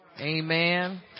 Amen